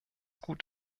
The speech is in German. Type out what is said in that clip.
gut